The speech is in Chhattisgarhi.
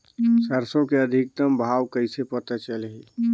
सरसो के अधिकतम भाव कइसे पता चलही?